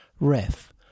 ref